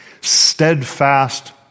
steadfast